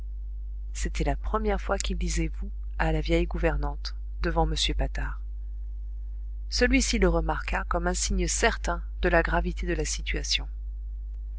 c'était la première fois qu'il disait vous à la vieille gouvernante devant m patard celui-ci le remarqua comme un signe certain de la gravité de la situation